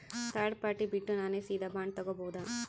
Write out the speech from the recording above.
Third party ಬಿಟ್ಟು ನಾನೇ ಸೀದಾ ಬಾಂಡ್ ತೋಗೊಭೌದಾ?